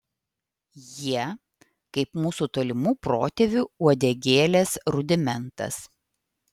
jie kaip mūsų tolimų protėvių uodegėlės rudimentas